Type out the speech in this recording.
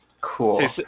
Cool